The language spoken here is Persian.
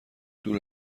دور